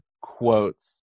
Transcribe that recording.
quotes